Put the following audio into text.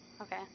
Okay